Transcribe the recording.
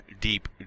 deep